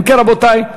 אם כן, רבותי,